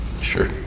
Sure